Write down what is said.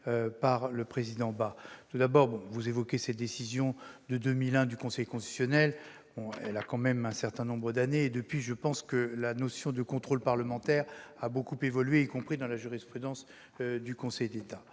par le président Bas. Tout d'abord, vous évoquez cette décision du Conseil constitutionnel de 2001 ; elle date tout de même d'un certain nombre d'années. Depuis, la notion de contrôle parlementaire a beaucoup évolué, y compris dans la jurisprudence du Conseil